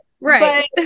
right